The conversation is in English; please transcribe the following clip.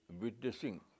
witnessing